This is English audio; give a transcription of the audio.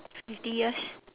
fifty years